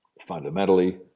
fundamentally